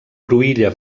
cruïlla